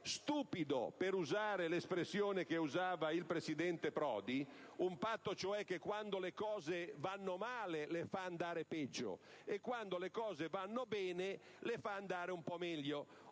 stupido, per usare l'espressione del presidente Prodi: un patto, cioè, che quando le cose vanno male le fa andare peggio, e quando vanno bene le fa andare un po' meglio.